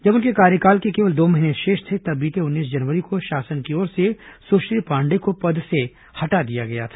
जब उनके कार्यकाल के केवल दो महीने शेष थे तब बीते उन्नीस जनवरी को शासन की ओर से सुश्री पांडेय को पद से हटा दिया गया था